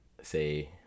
say